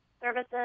services